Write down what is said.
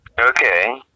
Okay